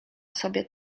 sobie